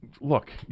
look